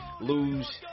Lose